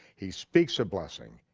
he speaks a blessing,